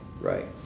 right